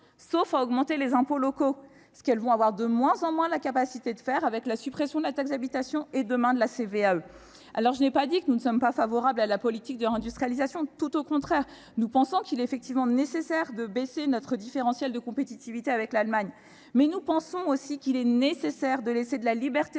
sauf à augmenter les impôts locaux, ce qu'elles vont avoir de moins en moins la capacité de faire avec la suppression de la taxe d'habitation et, demain, de la CVAE. Je ne dis pas que nous sommes défavorables à la politique de réindustrialisation. Au contraire, nous pensons qu'il est nécessaire de réduire notre différentiel de compétitivité avec l'Allemagne. Mais nous pensons aussi qu'il est nécessaire de laisser de la liberté aux